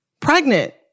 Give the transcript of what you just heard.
pregnant